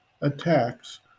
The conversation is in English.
attacks